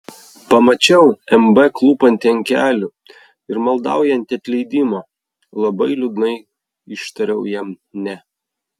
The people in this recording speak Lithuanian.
pamačiau mb klūpantį ant kelių ir maldaujantį atleidimo labai liūdnai ištariau jam ne